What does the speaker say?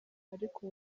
ariko